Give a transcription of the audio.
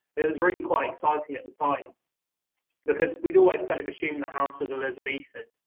it was really quite exciting at the time because we'd always kind of assumed the house was elizabethan,